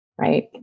right